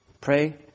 pray